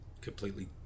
completely